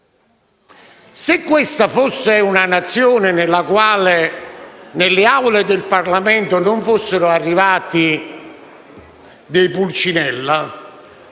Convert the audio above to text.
Se questa fosse una Nazione nella quale nelle Aule del Parlamento non fossero arrivati dei Pulcinella,